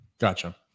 Gotcha